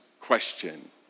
question